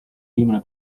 viimane